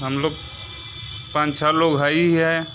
हम लोग पाँच छः लोग हैं ही है